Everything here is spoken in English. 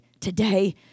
today